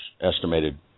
estimated